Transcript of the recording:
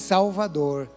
Salvador